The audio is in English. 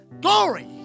Glory